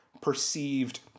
perceived